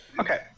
okay